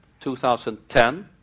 2010